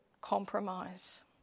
compromise